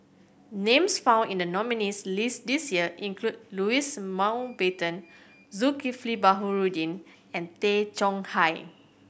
names found in the nominees' list this year include Louis Mountbatten Zulkifli Baharudin and Tay Chong Hai